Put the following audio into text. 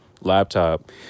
laptop